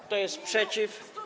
Kto jest przeciw?